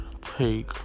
take